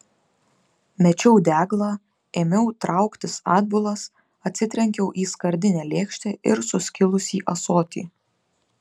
mečiau deglą ėmiau trauktis atbulas atsitrenkiau į skardinę lėkštę ir suskilusį ąsotį